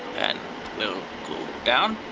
and we'll go down,